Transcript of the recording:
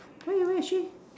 where is where is she